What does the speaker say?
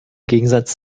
gegensatz